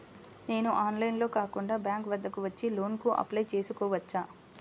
నేను ఆన్లైన్లో కాకుండా బ్యాంక్ వద్దకు వచ్చి లోన్ కు అప్లై చేసుకోవచ్చా?